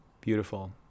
Beautiful